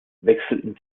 wechselten